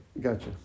gotcha